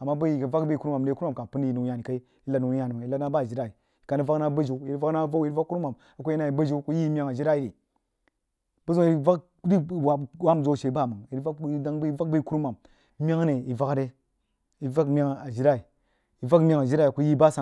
anah bəa yi yi rig vak bəg yi kurumam ri a kurumam kal pəin nou-yani kai yi lahd nouyani mang yi lahd nah bah yi jiri ajilai yi kah rig vak nah bujiu yi rig vak nah avou yi rig vak kurumam a kuh yi nah yí bujiu a kuh yi yi məngha a jilai ri bu ziu a yí rig vak zəg wahb wahm zəu a she bamang yi vak yi dang bəg yi vak bəg yi kuruman məngha ne yi vagha re yi vak məngha ajilai yi vak məngha ajilai a kuh yəg yi bal san.